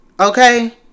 okay